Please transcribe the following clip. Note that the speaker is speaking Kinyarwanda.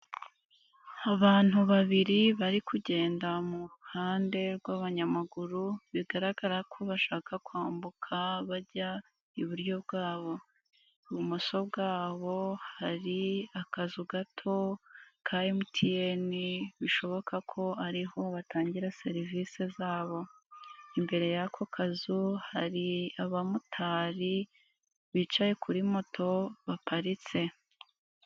Abantu babiri bari kugenda mu ruhande rw'abanyamaguru, bigaragara ko bashaka kwambuka bajya iburyo bwabo. Ibumoso bwabo hari akazu gato ka MTN bishoboka ko ariho batangira serivisi zabo. Imbere y'ako kazu hari abamotari bicaye kuri moto baparitse.